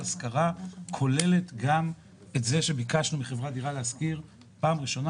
השכרה כוללת גם את זה שבקשנו מחברת דירה להשכיר פעם ראשונה